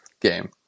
game